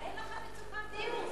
איזו מצוקת דיור?